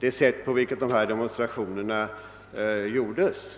det sätt, på vilket demonstrationerna utfördes.